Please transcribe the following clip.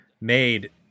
made